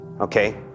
Okay